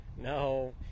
No